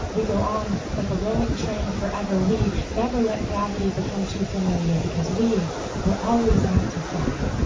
we go on like a rolling train forever, we never let gravity become too familiar because we were always meant to fly.